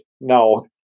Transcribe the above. no